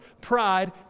Pride